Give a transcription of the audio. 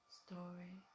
story